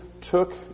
took